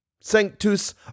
Sanctus